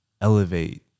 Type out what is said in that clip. elevate